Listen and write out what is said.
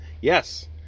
Yes